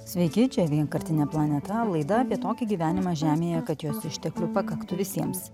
sveiki čia vienkartinė planeta laida apie tokį gyvenimą žemėje kad jos išteklių pakaktų visiems